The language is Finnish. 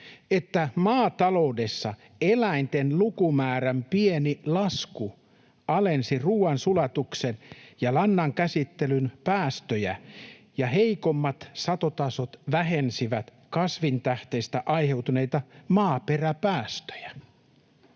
että maataloudessa eläinten lukumäärän pieni lasku alensi ruuansulatuksen ja lannankäsittelyn päästöjä, ja heikommat satotasot vähensivät kasvintähteistä aiheutuneita maaperäpäästöjä.